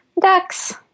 Ducks